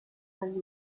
and